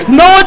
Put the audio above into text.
no